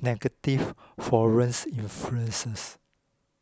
negative foreign influences